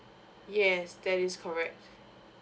yes that is correct